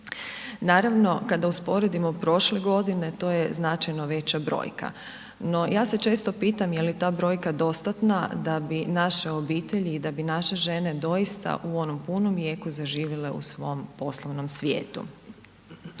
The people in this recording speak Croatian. Naravno kada usporedimo prošle godine to je značajno veća brojka. No, ja se često pitam je li ta brojka dostatna da bi naše obitelji i da bi naše žene doista u onom punom jeku zaživjele u svom poslovnom svijetu?